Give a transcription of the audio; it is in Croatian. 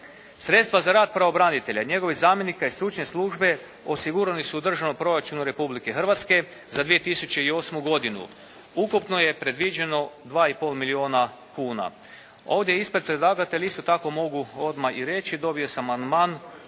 Sredstva za rad pravobranitelja i njegovih zamjenika i stručne službe osigurani su u državnom proračunu Republike Hrvatske za 2008. godinu. Ukupno je predviđeno 2,5 milijuna kuna. Ovdje ispred predlagatelja isto tako mogu odmah i reći dobio sam amandman